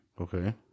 Okay